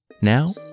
Now